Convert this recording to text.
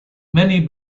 many